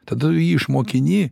tada jį išmokini